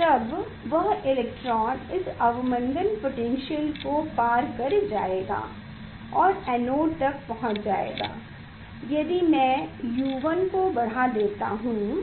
तब वह इलेक्ट्रॉन इस अवमंदन पोटैन्श्यल को पार कर जाएगा और एनोड तक पहुंच जाएगा I यदि मैं U1 को बढ़ा देता हूँ